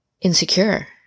insecure